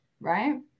right